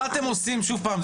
שוב פעם,